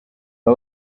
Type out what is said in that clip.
aba